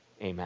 Amen